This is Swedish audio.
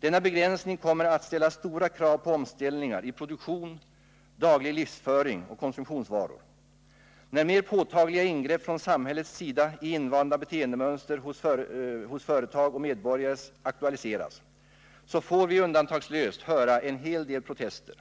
Denna begränsning kommer att ställa stora krav på omställningar i produktion, daglig livsföring och konsumtionsvanor. När mer påtagliga ingrepp från samhällets sida i invanda beteendemönster hos företag och medborgare aktualiseras, får vi undantagslöst höra en hel del protester.